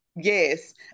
Yes